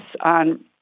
on